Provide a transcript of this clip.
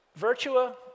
Virtua